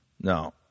No